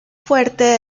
fuerte